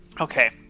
Okay